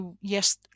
yes